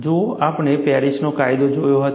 જુઓ આપણે પેરિસનો કાયદો જોયો હતો